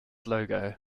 logo